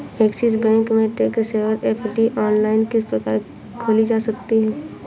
Axis bank में tax saver FD online किस प्रकार खोली जा सकती है?